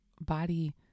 body